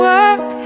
Work